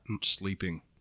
sleeping